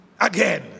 again